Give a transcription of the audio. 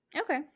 Okay